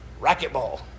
Racquetball